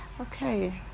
okay